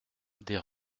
des